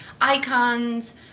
icons